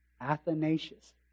Athanasius